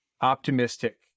optimistic